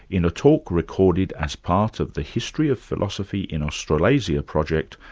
in a talk recorded as part of the history of philosophy in australasia project,